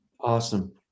Awesome